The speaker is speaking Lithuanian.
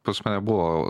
pas mane buvo